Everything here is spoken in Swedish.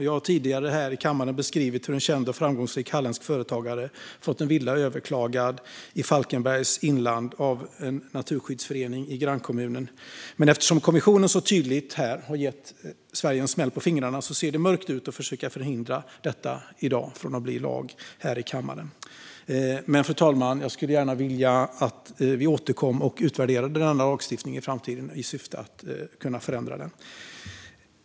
Jag har tidigare här i kammaren beskrivit hur en känd och framgångsrik halländsk företagare fått en villa i Falkenbergs inland överklagad av en naturskyddsförening i grannkommunen. Eftersom kommissionen så tydligt har gett Sverige smäll på fingrarna ser det mörkt ut för att förhindra att detta blir lag här i kammaren i morgon. Men, fru talman, jag skulle vilja att vi återkom i framtiden och utvärderade denna lagstiftning i syfte att kunna förändra den.